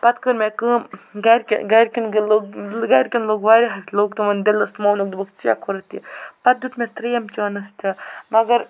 پَتہٕ کٔر مےٚ کٲم گَرکٮ۪ن گہِ لوٚگ گَرکٮ۪ن لوٚگ واریاہ لوٚگ تِمَن دِلَس ووٚنُکھ دوٚپُکھ ژےٚ کوٚرُتھ یہِ پَتہٕ دیُت مےٚ ترٛیٚیَم چانٕس تہٕ مگر